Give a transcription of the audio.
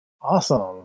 Awesome